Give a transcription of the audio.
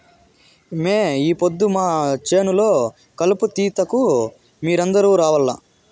మే ఈ పొద్దు మా చేను లో కలుపు తీతకు మీరందరూ రావాల్లా